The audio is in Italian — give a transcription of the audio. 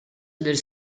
del